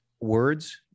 Words